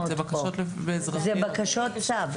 זה בקשות צו.